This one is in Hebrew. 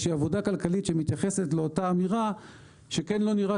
איזו שהיא עבודה כלכלית שמתייחסת לאותה אמירה שכן לא נראה